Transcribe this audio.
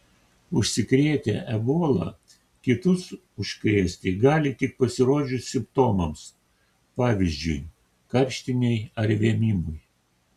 užsikrėtę ebola kitus užkrėsti gali tik pasirodžius simptomams pavyzdžiui karštinei ar vėmimui